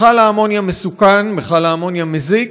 מכל האמוניה מסוכן, מכל האמוניה מזיק,